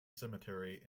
cemetery